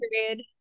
period